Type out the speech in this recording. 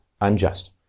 unjust